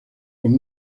con